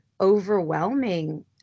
overwhelming